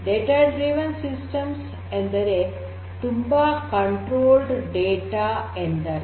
data driven systems ಎಂದರೆ ತುಂಬಾ ನಿಯಂತ್ರಿತ ಡೇಟಾ ಎಂದರ್ಥ